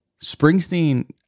Springsteen